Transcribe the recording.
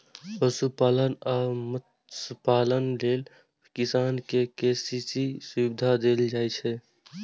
पशुपालन आ मत्स्यपालन लेल किसान कें के.सी.सी सुविधा देल जाइ छै